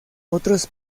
otros